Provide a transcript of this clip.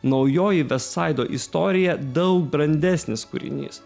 naujoji vestsaido istorija daug brandesnis kūrinys